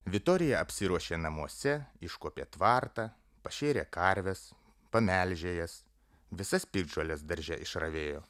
vitorija apsiruošė namuose iškuopė tvartą pašėrė karves pamelžė jas visas piktžoles darže išravėjo